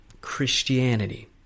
Christianity